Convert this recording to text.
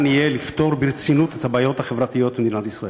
יהיה לפתור ברצינות את הבעיות החברתיות במדינת ישראל.